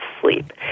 sleep